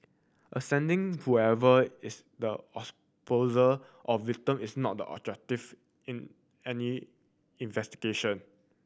ascertaining whoever is the poser or victim is not the objective in any investigation